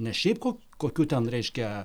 ne šiaip ko kokiu ten reiškia